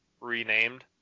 renamed